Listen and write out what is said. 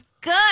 Good